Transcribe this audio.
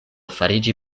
fariĝi